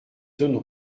zones